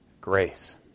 grace